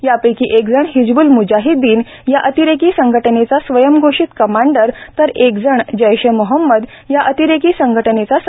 यापैकी एकजण हिजब्ल म्जाहिदीन या अतिरेकी संघटनेचा स्वयंघोषित कमांडर तर एक जण जैश ए महंमद या अतिरेकी संघटनेचा सदस्य होता